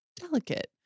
delicate